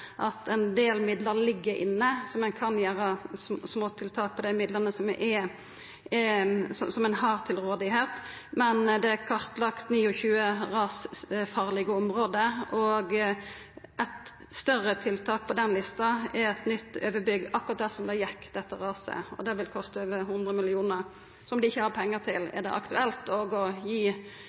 at ein del midlar ligg inne, og at ein kan gjera små tiltak med dei midlane som ein har til rådvelde. Men det er kartlagd 29 rasfarlege område, og eitt større tiltak på den lista er eit nytt overbygg akkurat der kor dette raset gjekk. Det vil kosta over 100 mill. kr, som dei ikkje har pengar til i dag. Er det aktuelt å gi